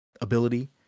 ability